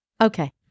okay